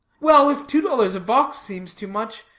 well, if two dollars a box seems too much,